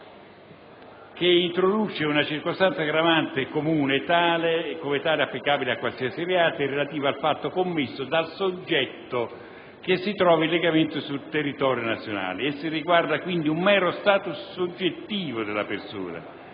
che introduce una circostanza aggravante comune e come tale applicabile a qualsiasi reato, relativa al fatto commesso da soggetto che si trovi illegalmente sul territorio nazionale. Essa riguarda quindi un mero *status* soggettivo della persona,